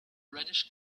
reddish